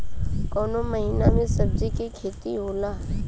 कोउन महीना में सब्जि के खेती होला?